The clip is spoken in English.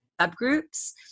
subgroups